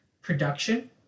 production